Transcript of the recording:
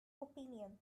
opinion